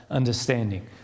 understanding